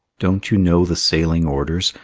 don't you know the sailing orders?